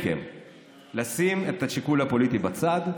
מצפה מכם לשים את השיקול הפוליטי בצד,